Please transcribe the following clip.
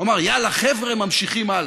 הוא אמר, יאללה, חבר'ה, ממשיכים הלאה.